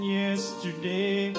yesterday